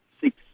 six